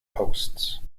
host